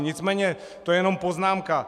Nicméně to je jenom poznámka.